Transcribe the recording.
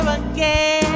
again